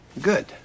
Good